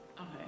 okay